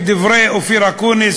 כדברי אופיר אקוניס,